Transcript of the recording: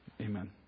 Amen